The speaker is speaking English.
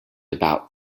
about